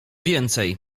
więcej